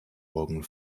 morgen